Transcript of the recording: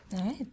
right